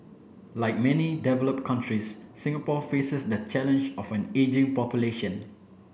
like many developed countries Singapore faces the challenge of an ageing population